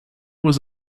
was